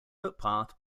footpath